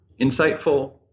insightful